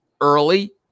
early